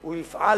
והוא יפעל